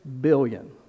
billion